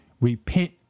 Repent